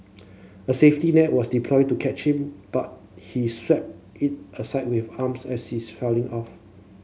a safety net was deployed to catch him but he swept it aside with arms as he is falling off